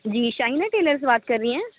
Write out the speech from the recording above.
جی Shaina Taylor سے بات کر رہی ہیں